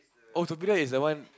oh torpedo is the one